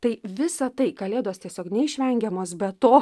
tai visa tai kalėdos tiesiog neišvengiamos be to